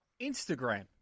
Instagram